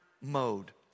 mode